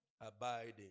Abiding